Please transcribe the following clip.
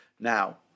Now